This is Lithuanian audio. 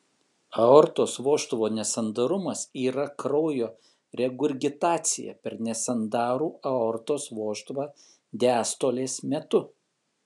aortos vožtuvo nesandarumas yra kraujo regurgitacija per nesandarų aortos vožtuvą diastolės metu